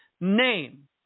name